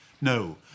No